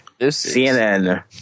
CNN